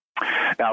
Now